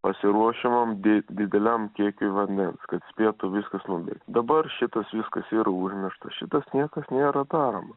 pasiruošiamam di dideliam kiekiui vandens kad spėtų viskas nubėgt dabar šitas viskas yra užmiršta šitas niekas nėra daroma